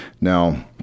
Now